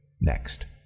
Next